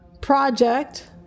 project